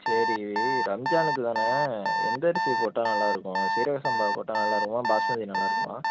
சரி ரம்ஜானுக்கு தான் அண்ணே எந்த அரிசி போட்டா நல்லா இருக்கும் சீரகசம்பா போட்டா நல்லா இருக்குமா பாஸ்மதி நல்லா இருக்குமா